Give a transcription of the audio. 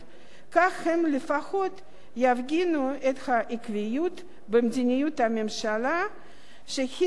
כך הם לפחות יפגינו את העקביות במדיניות הממשלתית שהתעלמה